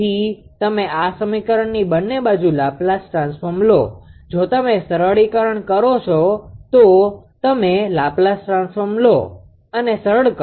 તેથી તમે આ સમીકરણની બંને બાજુ લાપ્લાઝ ટ્રાન્સફોર્મ લો જો તમે સરળીકરણ કરી શકો તો તમે લાપ્લાઝ ટ્રાન્સફોર્મ લો અને સરળ કરો